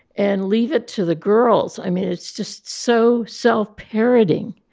and leave it to the girls i mean, it's just so self-parroting.